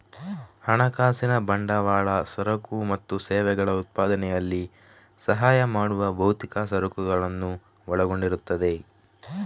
ಹಣಕಾಸಿನ ಬಂಡವಾಳ ಸರಕು ಮತ್ತು ಸೇವೆಗಳ ಉತ್ಪಾದನೆಯಲ್ಲಿ ಸಹಾಯ ಮಾಡುವ ಭೌತಿಕ ಸರಕುಗಳನ್ನು ಒಳಗೊಂಡಿರುತ್ತದೆ